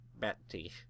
betty